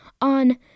on